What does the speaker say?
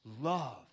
love